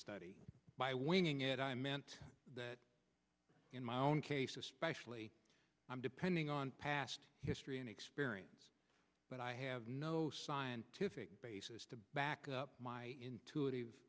study by winging it i meant that in my own case especially i'm depending on past history and experience but i have no scientific basis to back up my intuitive